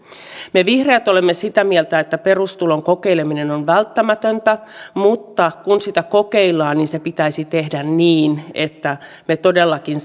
me vihreät olemme sitä mieltä että perustulon kokeileminen on välttämätöntä mutta kun sitä kokeillaan se pitäisi tehdä niin että me todellakin